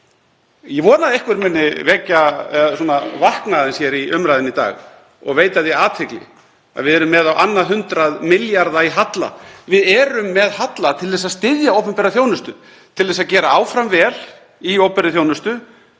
Ég vona að einhver muni vakna aðeins hér í umræðunni í dag og veita því athygli að við erum með á annað hundrað milljarða í halla. Við erum með halla til að styðja opinbera þjónustu, til þess að gera áfram vel í opinberri þjónustu.